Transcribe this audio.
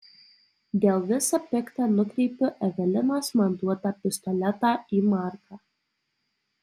dėl visa pikta nukreipiu evelinos man duotą pistoletą į marką